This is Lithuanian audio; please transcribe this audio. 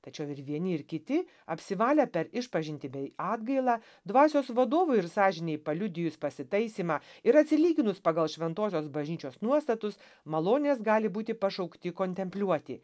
tačiau ir vieni ir kiti apsivalę per išpažintį bei atgailą dvasios vadovui ir sąžinei paliudijus pasitaisymą ir atsilyginus pagal šventosios bažnyčios nuostatus malonės gali būti pašaukti kontempliuoti